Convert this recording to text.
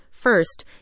First